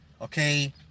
okay